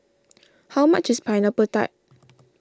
how much is Pineapple Tart